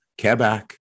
Quebec